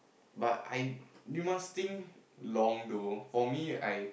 but I you must think long though for me I